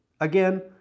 Again